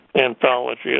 anthology